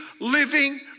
living